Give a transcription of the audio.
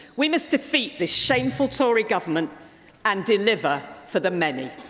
we must defeat the shameful tory government and deliver for the many.